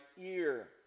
ear